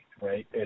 right